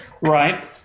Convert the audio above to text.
Right